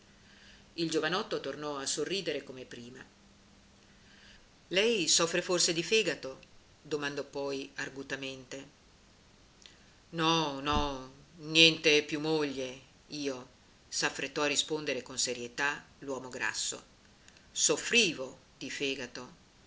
il giovinotto tornò a sorridere come prima lei soffre forse di fegato domandò poi argutamente no no niente più moglie io s'affrettò a rispondere con serietà l'uomo grasso soffrivo di fegato